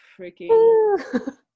freaking